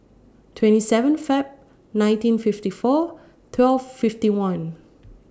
twenty seven Feb nineteen fifty four twelve fifty one